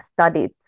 studied